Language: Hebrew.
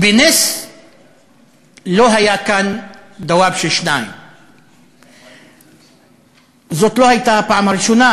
ובנס לא היה כאן דוואבשה 2. זאת לא הייתה הפעם הראשונה